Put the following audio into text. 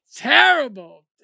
terrible